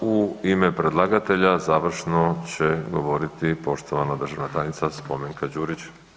U ime predlagatelja završno će govoriti poštovana državna tajnica Spomenka Đurić.